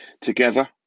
Together